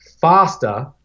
faster